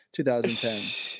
2010